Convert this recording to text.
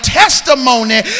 testimony